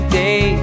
day